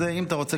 זה אם אתה רוצה